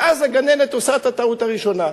ואז הגננת עושה את הטעות הראשונה.